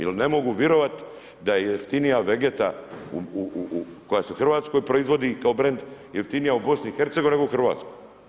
Jer ne mogu virovat da je jeftinija Vegeta koja se u Hrvatskoj proizvodi kao brend, jeftinija u BiH, nego u Hrvatskoj.